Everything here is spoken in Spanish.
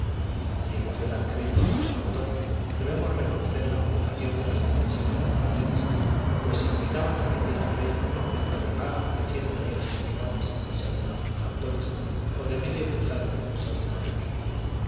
si hemos de dar crédito a nuestro autor debemos reconocer la moderación de las pretensiones de magallanes pues se limitaban a pedir al rey un aumento de paga de cien reis mensuales según algunos autores o de medio cruzado según otros